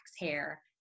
hair